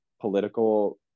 political